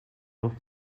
wird